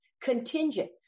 contingent